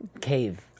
Cave